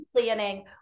planning